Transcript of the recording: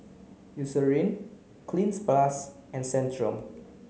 Eucerin Cleanz plus and Centrum